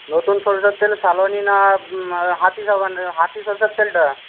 নতুন সর্ষের তেল সালোয়ানী না হাতি সাবান হাতি সর্ষের তেলটা